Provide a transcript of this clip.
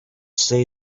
say